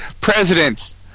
Presidents